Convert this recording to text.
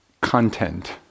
content